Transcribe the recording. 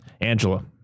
Angela